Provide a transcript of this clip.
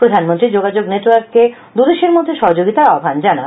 প্রধানমন্ত্রী যোগাযোগ নেটওয়ার্ককে দুদেশের মধ্যে সহযোগিতার আহ্বান জানান